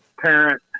parent